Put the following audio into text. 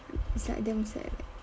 it's like damn sad leh